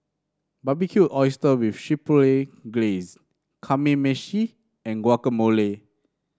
Barbecued Oyster with Chipotle Glaze Kamameshi and Guacamole